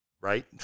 right